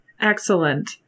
Excellent